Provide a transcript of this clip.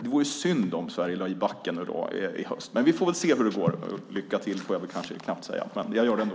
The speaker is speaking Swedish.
Det vore synd om Sverige lade in backen i höst. Vi får väl se hur det går. Lycka till kan jag väl knappast önska, men jag gör det ändå.